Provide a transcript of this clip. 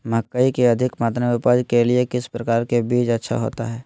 मकई की अधिक मात्रा में उपज के लिए किस प्रकार की बीज अच्छा होता है?